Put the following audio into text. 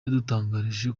yadutangarije